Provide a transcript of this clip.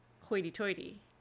hoity-toity